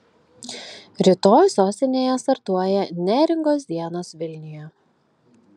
rytoj sostinėje startuoja neringos dienos vilniuje